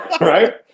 Right